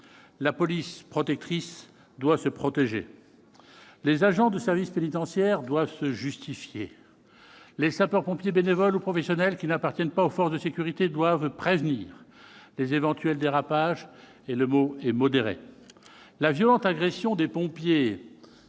La police protectrice doit se protéger ! Les agents des services pénitentiaires doivent se justifier ! Les sapeurs-pompiers bénévoles ou professionnels, qui n'appartiennent pas aux forces de sécurité, doivent prévenir les éventuels dérapages, et le mot est modéré. La violente agression des pompiers